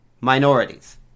minorities